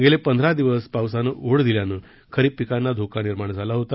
गेली पंधरा दिवस पावसानं ओढ दिल्यानं खरीप पिकांना धोका निर्माण झाला होता